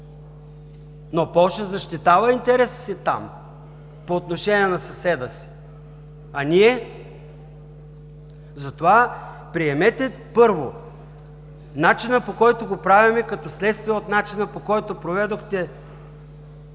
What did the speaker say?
но Полша защитава интереса си там по отношение на съседа си. А ние? Затова приемете, първо, начинът, по който го правим, като следствие от начина, по който проведохте